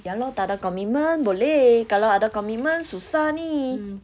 ya lor tak ada commitment boleh kalau ada commitment susah ni